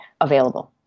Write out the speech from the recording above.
available